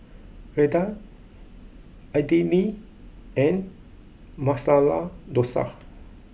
Raita Idili and Masala Dosa